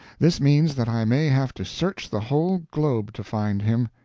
this means that i may have to search the whole globe to find him.